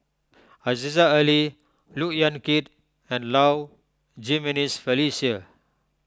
Aziza Ali Look Yan Kit and Low Jimenez Felicia